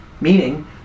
Meaning